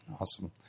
Awesome